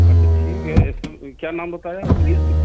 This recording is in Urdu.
اچھا ٹھیک ہے اِس کا کیا نام بتایا پلیز